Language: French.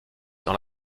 dans